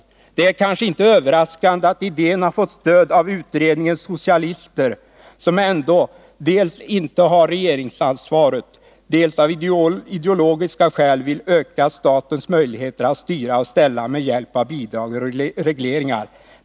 Det är kanske inte överraskande att idén har fått stöd av utredningens socialister, som ändå dels inte har regeringsansvaret, dels av ideologiska skäl vill öka statens möjligheter att styra och ställa med hjälp av bidrag och regleringar.